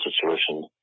situation